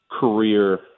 career